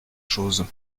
choses